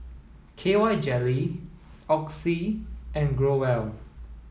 K Y jelly Oxy and Growell